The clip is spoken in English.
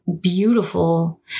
beautiful